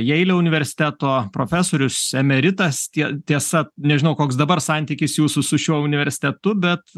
jeilio universiteto profesorius emeritas tie tiesa nežinau koks dabar santykis jūsų su šiuo universitetu bet